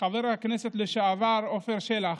חבר הכנסת לשעבר עפר שלח,